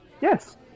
Yes